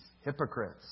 hypocrites